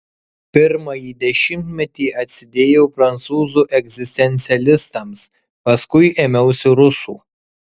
pirmąjį dešimtmetį atsidėjau prancūzų egzistencialistams paskui ėmiausi rusų